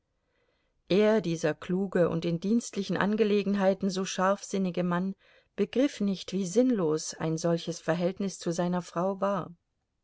er dieser kluge und in dienstlichen angelegenheiten so scharfsinnige mann begriff nicht wie sinnlos ein solches verhältnis zu seiner frau war